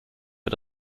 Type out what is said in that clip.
für